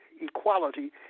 equality